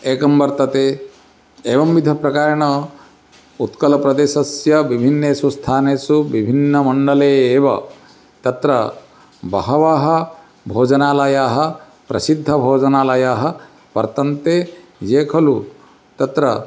एकं वर्तते एवं विध प्रकारेण उत्कलप्रदेशस्य विभिन्नेषु स्थानेषु विभिन्नमण्डले एव तत्र बहवः भोजनालयाः प्रसिद्धभोजनालयाः वर्तन्ते ये खलु तत्र